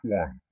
one